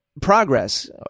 progress